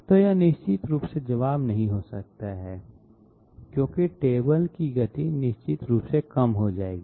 तो यह निश्चित रूप से जवाब नहीं हो सकता है क्योंकि टेबल की गति निश्चित रूप से कम हो जाएगी